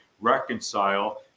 reconcile